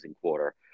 quarter